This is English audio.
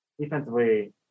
defensively